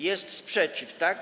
Jest sprzeciw, tak?